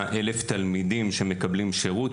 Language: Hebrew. ולאורך השנה האחרונה אנחנו עמלים באיסוף התובנות האלה,